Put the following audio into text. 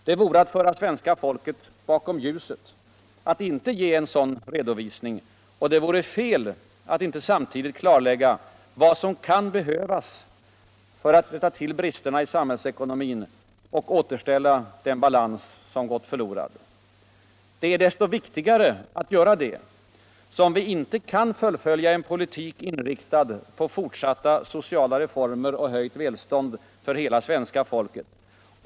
Det vore att föra det svenska folket bakom ljuset att inte ge en sådan redovisming. Och det vore fel att inte samtidigt klarlägga vad som kan behövas för att rätta tvill bristerna i samhällsekonomin och återställa den balans som gålt förlorad. Det är desto viktigare att göra det. som vi inte kan fullfölja en politik inriktad på fortsatta sociala reformer och höjt välstånd för hela svenska folket.